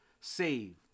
saved